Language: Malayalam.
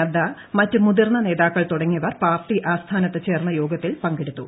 നദ്ദ മറ്റ് മുതിർന്ന നേത്രാക്ക്ൾ തുടങ്ങിയവർ പാർട്ടി ആസ്ഥാനത്ത് ചേർന്ന യ്യോഗ്ത്തിൽ പങ്കെടുത്തു